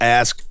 ask